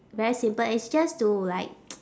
very simple it's just to like